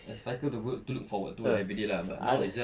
a cycle to work to look forward to lah everyday lah but now is just